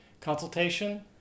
Consultation